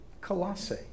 Colossae